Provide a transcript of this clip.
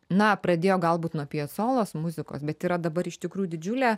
na pradėjo galbūt nuo piacolos muzikos bet yra dabar iš tikrų didžiulė